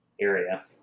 area